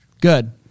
Good